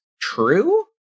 true